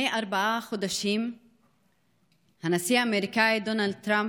לפני ארבעה חודשים הנשיא האמריקאי דאז דונלד טראמפ,